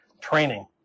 training